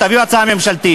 תביאו הצעה ממשלתית,